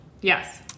Yes